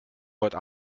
heute